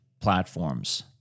platforms